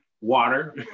water